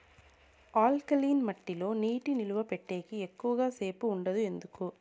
alkaline మట్టి లో నీటి నిలువ పెట్టేకి ఎక్కువగా సేపు ఉండదు ఎందుకు